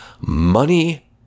money